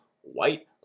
White